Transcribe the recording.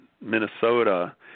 Minnesota